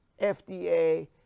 fda